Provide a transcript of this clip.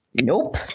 Nope